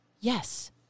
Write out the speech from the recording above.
yes